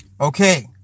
Okay